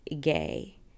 gay